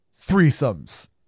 threesomes